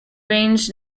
ranges